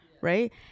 right